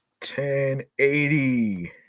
1080